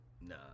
No